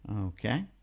Okay